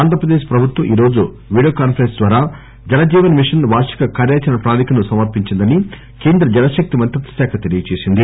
ఆంధ్రప్రదేశ్ ప్రభుత్వం ఈరోజు video conference ద్వారా జల జీవన్ మిషన్ వార్షిక కార్యాచరణ ప్రణాళికను సమర్పించిందని కేంద్ర జలశక్తి మంత్రిత్వశాఖ తెలియజేసింది